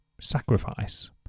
sacrifice